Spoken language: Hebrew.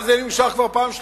אבל זה נמשך כבר בפעם השלישית.